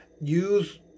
Use